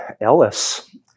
Ellis